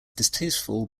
distasteful